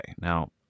Now